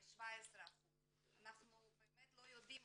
יש 17%. אנחנו באמת לא יודעים,